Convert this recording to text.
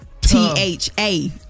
T-H-A